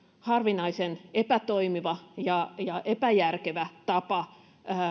harvinaisen epätoimiva ja ja epäjärkevä tapa